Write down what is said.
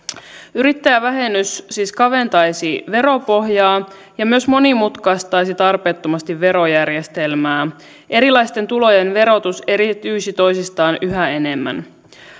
yrittäjävähennys siis kaventaisi veropohjaa ja myös monimutkaistaisi tarpeettomasti verojärjestelmää erilaisten tulojen verotus eriytyisi toisistaan yhä enemmän